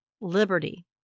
liberty